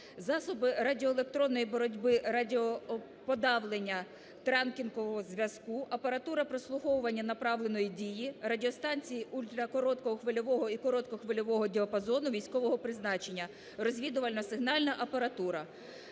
засоби радіоелектронної боротьби, радіоподавлення, транкінгового зв'язку, апаратура прослуховування направленої дії, радіостанції ультракороткого хвильового і короткохвильового діапазону військового призначення, розвідувально-сигнальна апаратура.